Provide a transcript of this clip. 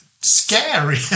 scary